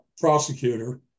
prosecutor